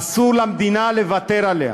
אסור למדינה לוותר עליה.